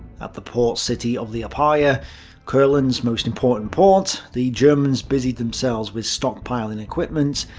at the port city of liepaja courland's most important port the germans busied themselves with stockpiling equipment,